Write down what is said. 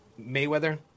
Mayweather